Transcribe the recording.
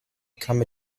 become